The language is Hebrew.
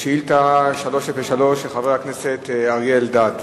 שאל את שר ההסברה והתפוצות ביום ח' באב התשס"ט